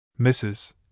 Mrs